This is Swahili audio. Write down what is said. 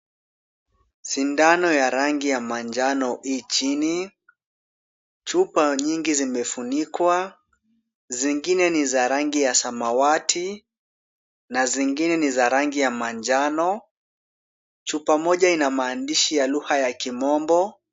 Sindano ya rangi ya manjano i chini. Chupa nyingi zimefunikwa. Zingine ni za rangi ya samawati na zingine ni za rangi ya manjano. Chupa moja ina maandishi ya lugha ya kimombo.